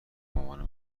مامانه